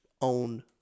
own